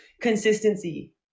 consistency